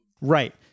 Right